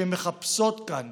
שמחפשות כאן